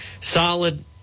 solid